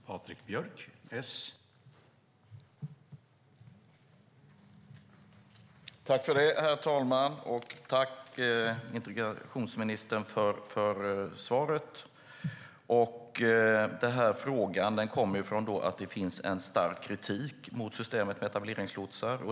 Herr talman! Jag tackar integrationsministern för svaret. Bakgrunden till frågan är att det finns stark kritik mot systemet med etableringslotsar.